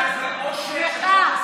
שמחה.